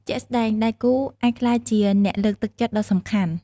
ជាក់ស្ដែង ដៃគូអាចក្លាយជាអ្នកលើកទឹកចិត្តដ៏សំខាន់។